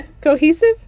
cohesive